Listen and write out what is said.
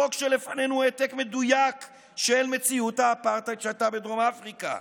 החוק שלפנינו הוא העתק מדויק של מציאות האפרטהייד שהייתה בדרום אפריקה,